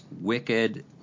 wicked